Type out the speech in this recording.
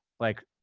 like,